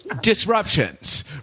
Disruptions